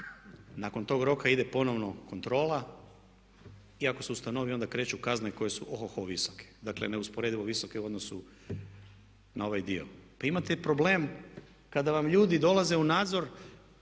Nakon tog roka ide ponovno kontrola i ako se ustanovi onda kreću kazne koje su o-ho-ho visoke. Dakle, neusporedivo visoke u odnosu na ovaj dio. Pa imate problem kada vam ljudi dolaze u nadzor